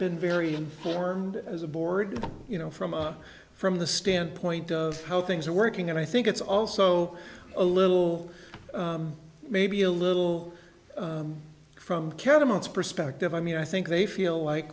been very informed as a board you know from up from the standpoint of how things are working and i think it's also a little maybe a little from caramels perspective i mean i think they feel like